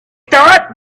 thought